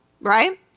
right